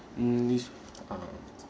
mm is uh